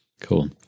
Cool